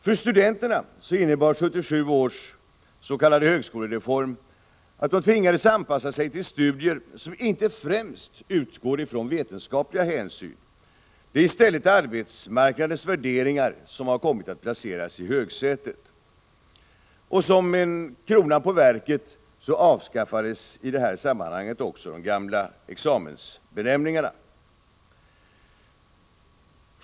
För studenterna innebar 1977 års s.k. högskolereform att de tvingades anpassa sig till studier som inte främst utgår från vetenskapliga hänsyn. I stället har arbetsmarknadsmässiga värderingar kommit att placeras i högsätet. Som kronan på verket avskaffades i det här sammanhanget de gamla examensbenämningarna.